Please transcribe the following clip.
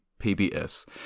pbs